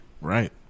Right